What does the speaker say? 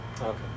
okay